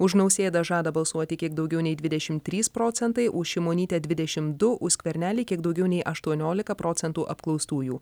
už nausėdą žada balsuoti kiek daugiau nei dvidešimt trys procentai už šimonytę dvidešimt du už skvernelį kiek daugiau nei aštuoniolika procentų apklaustųjų